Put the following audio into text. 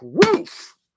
proof